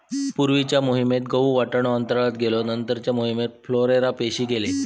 पूर्वीच्या मोहिमेत गहु, वाटाणो अंतराळात गेलो नंतरच्या मोहिमेत क्लोरेला पेशी गेले